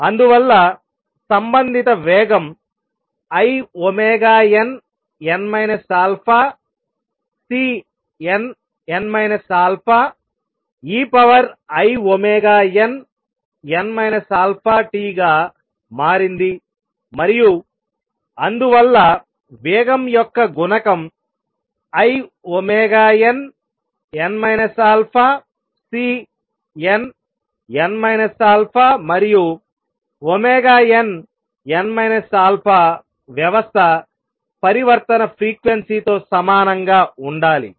అందువల్ల సంబంధిత వేగం inn αCnn α einn αt గా మారింది మరియు అందువల్ల వేగం యొక్క గుణకం inn αCnn α మరియు nn α వ్యవస్థ పరివర్తన ఫ్రీక్వెన్సీ తో సమానంగా ఉండాలి